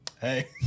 hey